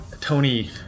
Tony